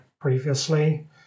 previously